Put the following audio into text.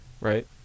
Right